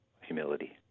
humility